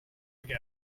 ago